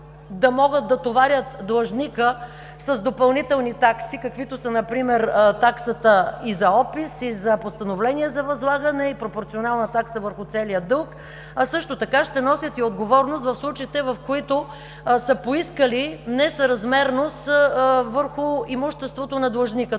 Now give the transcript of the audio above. да могат да товарят длъжника с допълнителни такси, каквито са таксата и за опис, и за постановление за възлагане, и пропорционална такса върху целия дълг, а също така ще носят и отговорност в случаите, в които са поискали несъразмерност върху имуществото на длъжника.